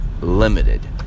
limited